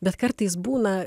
bet kartais būna